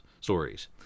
stories